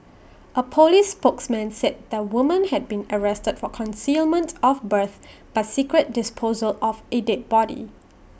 A Police spokesman said the woman had been arrested for concealment of birth by secret disposal of A dead body